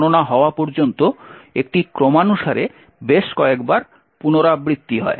গণনা হওয়া পর্যন্ত একটি ক্রমানুসারে বেশ কয়েকবার পুনরাবৃত্তি হয়